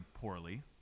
poorly